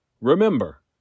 Remember